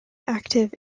active